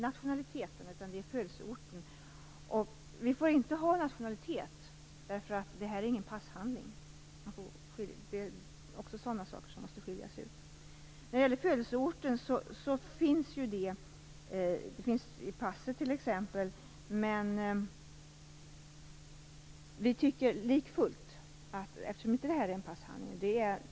Nationaliteten får inte anges, eftersom det inte rör sig om någon passhandling. Också sådana saker måste man skilja mellan. Födelseorten anges i passet. Men körkortet är ingen passhandling.